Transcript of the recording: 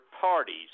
parties